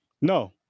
No